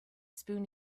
spoon